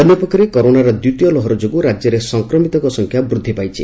ଅନ୍ୟପକ୍ଷରେ କରୋନାର ଦ୍ୱିତୀୟ ଲହର ଯୋଗୁଁ ରାଜ୍ୟରେ ସଂକ୍ରମିତଙ୍କ ସଂଖ୍ୟା ବୃଦ୍ଧି ପାଇଛି